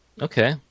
Okay